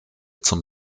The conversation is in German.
zum